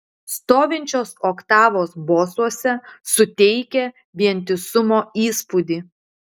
stovinčios oktavos bosuose suteikia vientisumo įspūdį